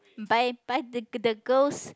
buy buy the the girl's